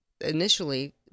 initially